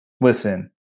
listen